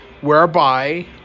whereby